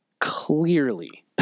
Clearly